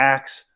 Acts